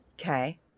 Okay